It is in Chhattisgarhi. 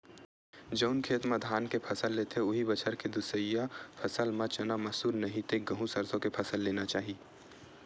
जउन खेत म धान के फसल लेथे, उहीं बछर के दूसरइया फसल म चना, मसूर, नहि ते गहूँ, सरसो के फसल लेना चाही